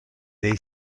dei